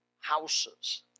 houses